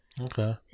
Okay